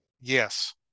Yes